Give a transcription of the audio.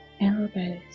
elbows